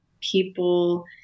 people